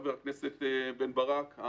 חבר הכנסת בן ברק,